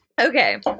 Okay